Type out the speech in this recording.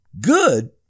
good